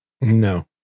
no